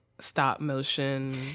stop-motion